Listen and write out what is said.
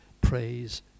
praise